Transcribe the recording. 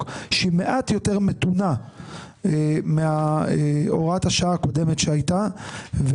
שהיא מעט יותר מתונה מהוראת השעה הקודמת שהייתה,